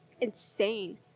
Insane